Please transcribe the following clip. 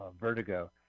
Vertigo